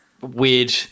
weird